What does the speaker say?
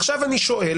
עכשיו אני שואל,